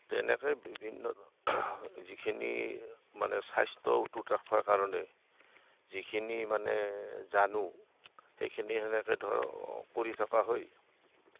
তেনেকৈ বিভিন্ন যিখিনি মানে স্বাস্থ্য উতুত ৰাখিবৰ কাৰণে যিখিনি মানে জানো সেইখিনি তেনেকৈ ধৰ কৰি থকা হয়